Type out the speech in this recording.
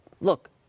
look